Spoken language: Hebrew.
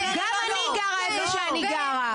גם אני גרה איפה שאני גרה.